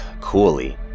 coolly